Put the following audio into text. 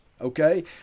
Okay